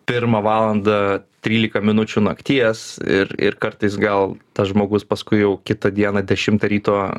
pirmą valandą trylika minučių nakties ir ir kartais gal tas žmogus paskui jau kitą dieną dešimtą ryto